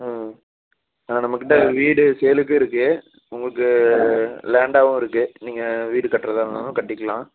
ம் நம்மக் கிட்ட வீடு சேலுக்கும் இருக்குது உங்களுக்கு லேண்டாகவும் இருக்குது நீங்கள் வீடு கட்டுறதா இருந்தாலும் கட்டிக்கலாம்